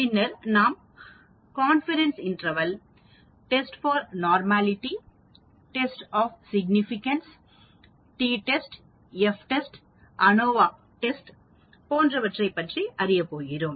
பின்னர் நாம் confidence interval test for normality test of significant T test F test ANOVA சோதனை போன்றவற்றைப் பற்றி அறிய போகிறோம்